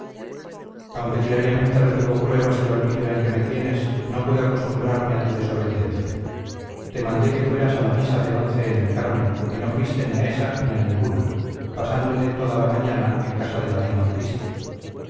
aunque diariamente recibo pruebas del olvido en que me tienes no puedo acostumbrarme a tu desobediencia te mandé que fueras a la misa de once en el carmen y no fuiste ni a esa ni a ninguna pasándote toda la mañana en casa de la diamantista